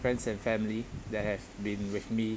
friends and family that has been with me